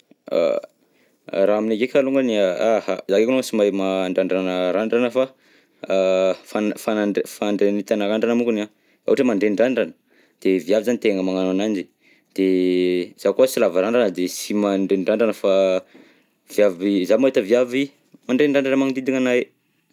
Raha aminay ndreka alongany a aha, za aloha tsy mahay mandrandragna randragna fa, a fanda- fandra- fandranitana randrana mokony an, ohatra hoe mandreny randrana de viavy zany tegna magnano ananjy, de za koa tsy lava randrana de tsy mandreny randrana fa fa avy, za mahita viavy mandreny randrana manodidigna anahy.